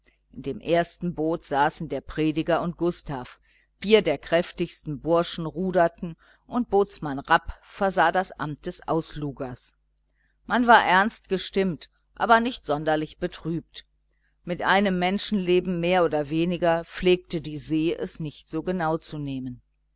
in dem ersten boot saßen der prediger und gustav vier der kräftigsten burschen ruderten und bootsmann rapp versah das amt des auslugers man war ernst gestimmt aber nicht sonderlich betrübt mit einem menschenleben mehr oder weniger pflegte die see es nicht so genau zu nehmen